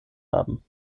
haben